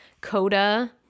coda